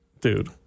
dude